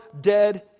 dead